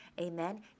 amen